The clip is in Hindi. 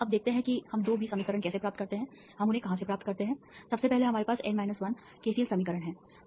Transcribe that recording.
अब देखते हैं कि हम 2 B समीकरण कैसे प्राप्त करते हैं हम उन्हें कहां से प्राप्त करते हैं सबसे पहले हमारे पास N 1 केसीएल समीकरण हैं